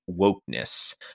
wokeness